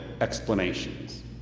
explanations